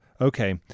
okay